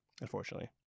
unfortunately